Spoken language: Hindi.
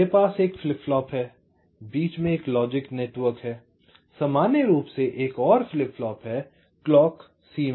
तो मेरे पास एक फ्लिप फ्लॉप है बीच में एक लॉजिक नेटवर्क है सामान्य रूप से एक और फ्लिप फ्लॉप है क्लॉक C1 और C2 हैं